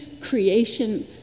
creation